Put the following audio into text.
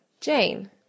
Jane